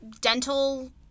dental